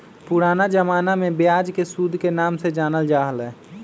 पुराना जमाना में ब्याज के सूद के नाम से जानल जा हलय